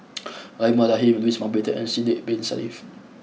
Rahimah Rahim Louis Mountbatten and Sidek Bin Saniff